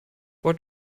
what